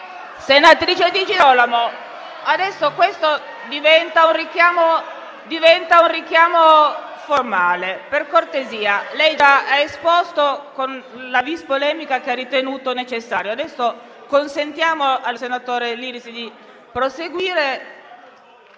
Senatrice Di Girolamo, adesso questo diventa un richiamo formale, per cortesia. Lei ha già fatto la sua esposizione con la *vis* polemica che ha ritenuto necessaria, adesso consentiamo al senatore Liris di proseguire.